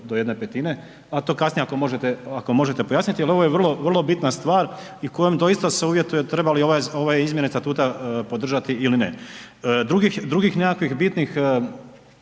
do jedne petine, a to kasnije ako možete pojasniti jel ovo je vrlo bitna stvar i kojom doista se uvjetuje treba li ove izmjene Statuta podržati ili ne. Drugih nekakvih bitnih